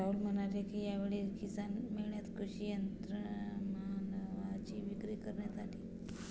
राहुल म्हणाले की, यावेळी किसान मेळ्यात कृषी यंत्रमानवांची विक्री करण्यात आली